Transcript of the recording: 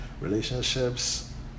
relationships